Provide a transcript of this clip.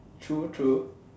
true true